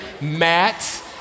Matt